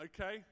okay